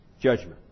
judgment